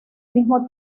mismo